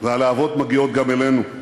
והלהבות מגיעות גם אלינו.